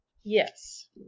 Yes